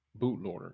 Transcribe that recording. bootloader